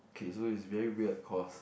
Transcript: okay so is very weird cause